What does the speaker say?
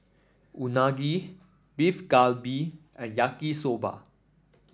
Unagi Beef Galbi and Yaki Soba